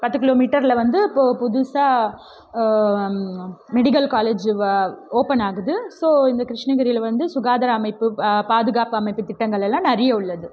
பத்து கிலோமீட்டரில் வந்து இப்போ புதுசாக மெடிக்கல் காலேஜு வ ஓப்பன் ஆகுது ஸோ இந்த கிருஷ்ணகிரியில வந்து சுகாதார அமைப்பு பாதுகாப்பு அமைப்பு திட்டங்கள் எல்லாம் நிறைய உள்ளது